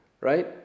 right